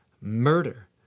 murder